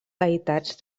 deïtats